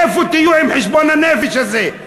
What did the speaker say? איפה תהיו עם חשבון הנפש הזה?